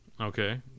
Okay